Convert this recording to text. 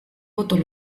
boto